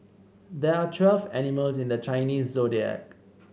there are twelve animals in the Chinese Zodiac